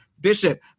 Bishop